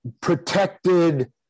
protected